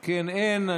אם כן, אין.